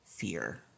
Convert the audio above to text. Fear